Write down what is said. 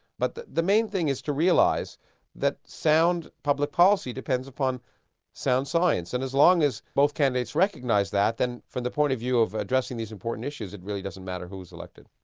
but the the main thing is to realise that sound public policy depends upon sound science, and as long as both candidates recognise that then from the point of view of addressing these important issues it really doesn't matter who's elected.